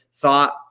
thought